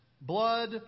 blood